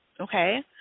okay